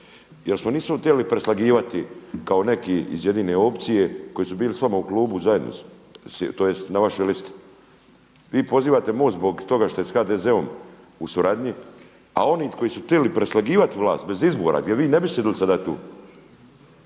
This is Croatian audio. Jer se nismo htjeli preslagivati kao neki iz Jedine opcije koji su bili s vama u klubu zajedno tj. na vašoj listi. Vi prozivate MOST zbog toga što je s HDZ-om u suradnji a oni koji su htjeli preslagivati vlast bez izbora gdje vi ne bi sjedili sada tu